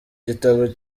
gitabo